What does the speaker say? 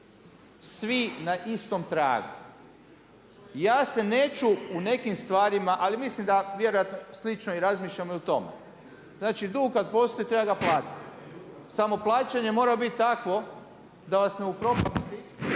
svi na istom tragu. Ja se neću u nekim stvarima, ali mislim da vjerojatno slično razmišljamo i u tome, znači dug kada postoji treba ga platiti, samo plaćanje mora biti takvo da vas ne upropasti,